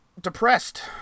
depressed